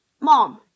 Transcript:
Mom